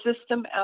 system